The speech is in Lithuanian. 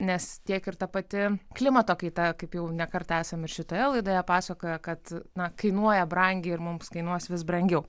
nes tiek ir ta pati klimato kaita kaip jau ne kartą esam šitoje laidoje pasakoję kad na kainuoja brangiai ir mums kainuos vis brangiau